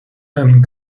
and